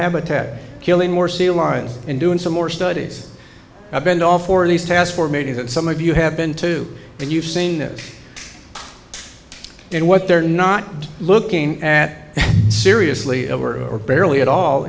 habitat killing more seal lines and doing some more studies i've been to all four of these task for maybe that some of you have been to and you've seen it in what they're not looking at seriously over or barely at all